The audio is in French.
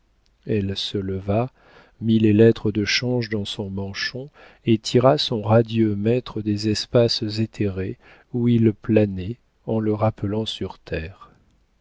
elle se leva mit les lettres de change dans son manchon et tira son radieux maître des espaces éthérés où il planait en le rappelant sur la terre